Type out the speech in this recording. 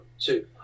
two